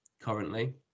currently